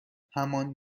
همان